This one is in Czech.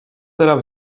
teda